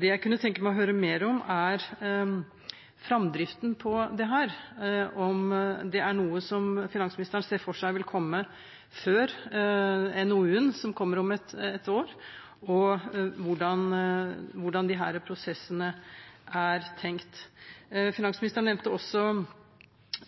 Det jeg kunne tenke meg å høre mer om, er framdriften på dette, om det er noe som finansministeren ser for seg vil komme før NOU-en som kommer om ett år, og hvordan disse prosessene er tenkt. Finansministeren nevnte også